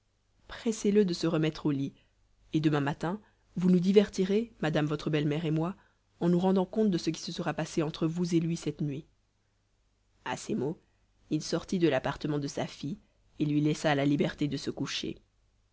pressez le de se remettre au lit et demain matin vous nous divertirez madame votre belle-mère et moi en nous rendant compte de ce qui se sera passé entre vous et lui cette nuit à ces mots il sortit de l'appartement de sa fille et lui laissa la liberté de se coucher